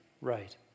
Right